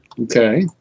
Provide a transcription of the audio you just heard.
Okay